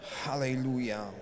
Hallelujah